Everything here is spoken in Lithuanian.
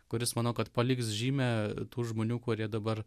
kuris manau kad paliks žymę tų žmonių kurie dabar